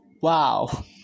Wow